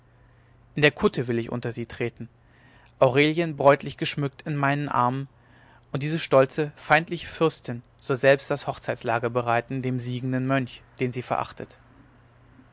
in der kutte will ich unter sie treten aurelien bräutlich geschmückt in meinen armen und diese stolze feindliche fürstin soll selbst das hochzeitslager bereiten dem siegenden mönch den sie verachtet